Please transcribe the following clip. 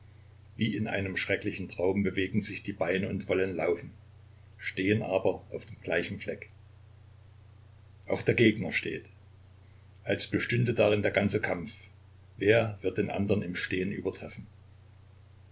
wie in einem schrecklichen traum bewegen sie die beine und wollen laufen stehen aber auf dem gleichen fleck auch der gegner steht als bestünde darin der ganze kampf wer wird den andern im stehen übertreffen